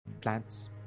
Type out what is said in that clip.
plants